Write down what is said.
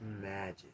magic